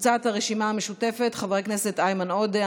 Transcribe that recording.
קבוצת סיעת הרשימה המשותפת: איימן עודה,